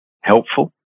helpful